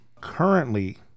Currently